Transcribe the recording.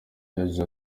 yagize